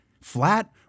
flat